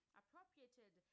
appropriated